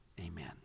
amen